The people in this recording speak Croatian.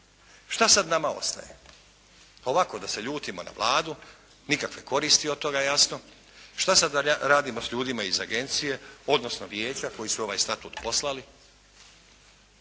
Šta sada nama ostaje? Ovako da se ljutimo na Vladu, nikakve koristi od toga, jasno. Šta sada da radimo sa ljudima iz agencije, odnosno vijeća koji su ovaj statut poslali?